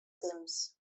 temps